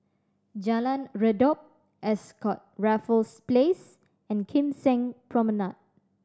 Jalan Redop Ascott Raffles Place and Kim Seng Promenade